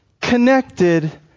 connected